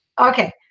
Okay